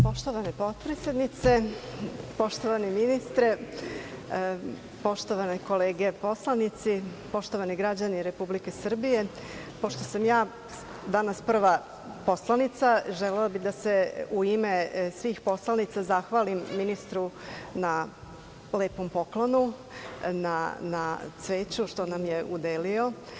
Poštovana potpredsednice, poštovani ministre, poštovane kolege poslanici, poštovani građani Republike Srbije, pošto sam ja danas prva poslanica želela bih da se u ime svih poslanica zahvalim ministru na lepom poklonu, na cveću što nam je udelio.